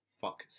Fuck